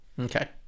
Okay